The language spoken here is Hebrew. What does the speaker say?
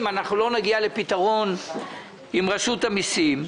אם אנחנו לא נגיע לפתרון עם רשות המסים.